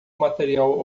material